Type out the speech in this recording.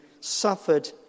suffered